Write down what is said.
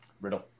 Riddle